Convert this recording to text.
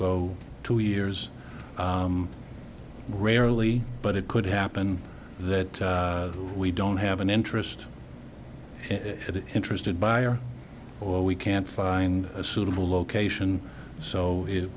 go two years rarely but it could happen that we don't have an interest an interested buyer or we can find a suitable location so it